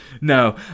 no